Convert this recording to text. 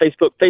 Facebook